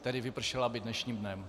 Tedy vypršela by dnešním dnem.